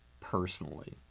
personally